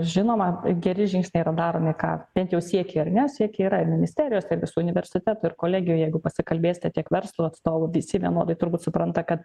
žinoma geri žingsniai yra daromi ką bent jau siekiai ar ne siekiai yra ir ministerijos ir visų universitetų ir kolegijų jeigu pasikalbėsite tiek verslo atstovų visi vienodai turbūt supranta kad